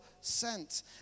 sent